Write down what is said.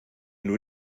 nur